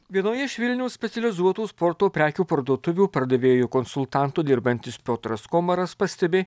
vienoje iš vilniaus specializuotų sporto prekių parduotuvių pardavėju konsultantu dirbantis piotras komaras pastebi